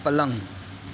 پلنگ